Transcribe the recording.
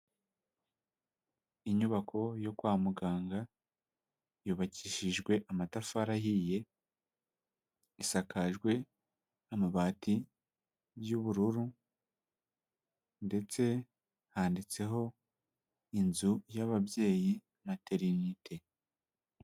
Inyubako yo kwa muganga yubakishijwe amatafari ahiye, isakajwe n'amabati y'ubururu ndetse handitseho inzu y'ababyeyi maternite.